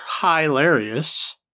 hilarious